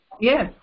Yes